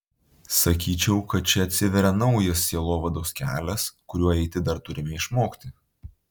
sakyčiau kad čia atsiveria naujas sielovados kelias kuriuo eiti dar turime išmokti